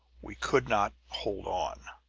we could not hold on.